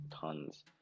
tons